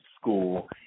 school